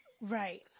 Right